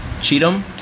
Cheatham